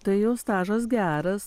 tai jau stažas geras